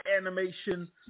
animation